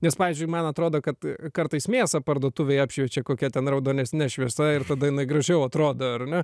nes pavyzdžiui man atrodo kad kartais mėsą parduotuvėj apšviečia kokia ten raudonesne šviesa ir tada jinai gražiau atrodo ar ne